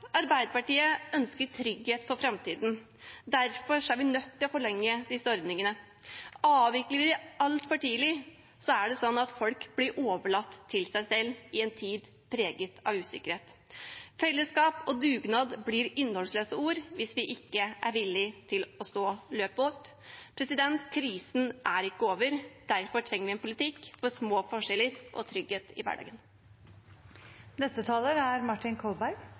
Arbeiderpartiet ønsker trygghet for framtiden, og derfor er vi nødt til å forlenge disse ordningene. Avvikler vi dem altfor tidlig, blir folk overlatt til seg selv i en tid som er preget av usikkerhet. Fellesskap og dugnad blir innholdsløse ord hvis vi ikke er villige til å stå løpet ut. Krisen er ikke over. Derfor trenger vi en politikk for små forskjeller og trygghet i hverdagen. Denne debatten viser tydelig de viktige skillene i norsk politikk, og de er